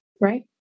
right